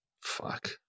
fuck